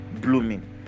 blooming